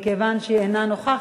מכיוון שהיא אינה נוכחת.